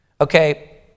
okay